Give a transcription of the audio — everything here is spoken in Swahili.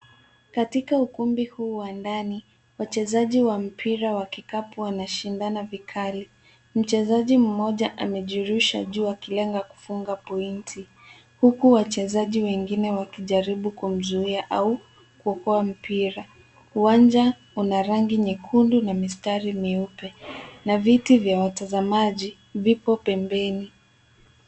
Katika ukumbi huu wa ndani, wachezaji wa mpira wa kikapu wanashindana vikali. Mchezaji mmoja amejirusha juu akilenga kufunga pointi huku wachezaji wengine wakijaribu kumzuia au kuokoa mpira. Uwanja una rangi nyekundu na mistari mweupe na viti vya watazamaji vipo pembeni.